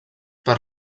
per